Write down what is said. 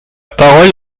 parole